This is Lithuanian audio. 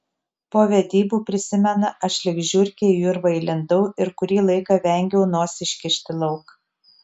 po vedybų prisimena aš lyg žiurkė į urvą įlindau ir kurį laiką vengiau nosį iškišti lauk